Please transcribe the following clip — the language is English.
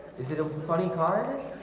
is it a funny card